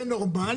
זה נורמלי?